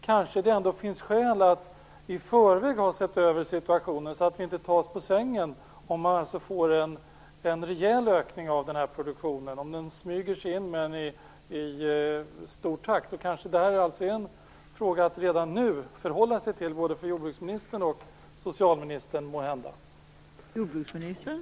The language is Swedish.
Kanske finns det skäl att i förväg ha sett över situationen, så att vi inte tas på sängen om vi får en rejäl ökning av den här produktionen, om den smyger sig in i stor takt. Kanske är det en fråga för både jordbruksministern och måhända socialministern att redan nu förhålla sig till.